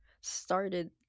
started